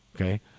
Okay